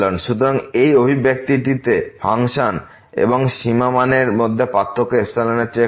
সুতরাং এই অভিব্যক্তিটিতে ফাংশন এবং সীমিত মানের মধ্যে পার্থক্য এর থেকে কম